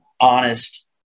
honest